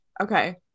Okay